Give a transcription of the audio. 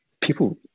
people